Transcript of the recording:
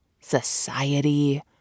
society